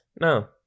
no